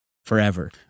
forever